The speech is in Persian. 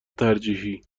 ترجیحی